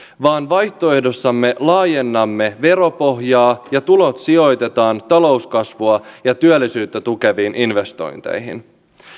vaan vaihtoehdossamme laajennamme veropohjaa ja tulot sijoitetaan talouskasvua ja työllisyyttä tukeviin investointeihin